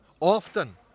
often